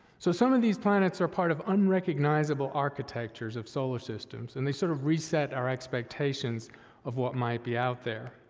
so, some of these planets are part of unrecognizable architectures of solar systems, and they sort of reset our expectations of what might be out there,